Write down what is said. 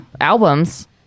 albums